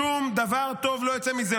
שום דבר טוב לא יצא מזה,